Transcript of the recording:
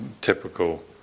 typical